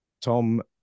Tom